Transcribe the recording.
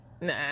Nah